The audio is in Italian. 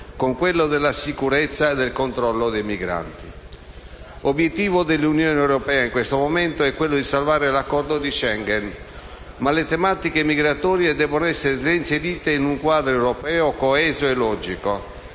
con quello della sicurezza e del controllo dei migranti. Obiettivo dell'Unione europea in questo momento è quello di salvare l'accordo di Schengen, ma le tematiche migratorie debbono essere reinserite in un quadro europeo coeso e logico